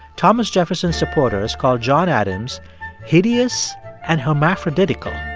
thomas jefferson's supporters called john adams hideous and hermaphroditical.